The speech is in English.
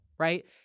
Right